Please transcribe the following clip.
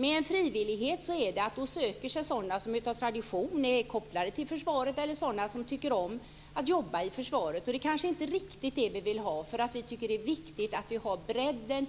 Med en frivillighet söker sig sådana som av tradition är kopplade till försvaret eller sådana som tycker om att jobba i försvaret. Det är kanske inte riktigt dem som vi vill ha. Vi tycker att det är viktigt att det finns en bredd.